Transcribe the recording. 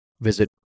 visit